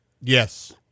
Yes